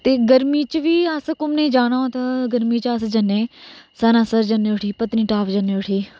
ते गर्मी च बी असें घूमने गी जाना होंदा गर्मी च अस जन्ने सनानसर जन्ने उठी पत्तनी टाप जन्ने उठी